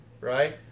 right